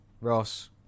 Ross